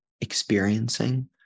experiencing